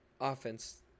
offense